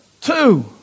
Two